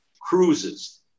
cruises